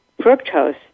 fructose